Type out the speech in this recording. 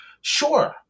sure